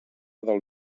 del